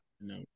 No